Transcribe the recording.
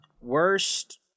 worst